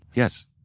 yes.